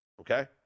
okay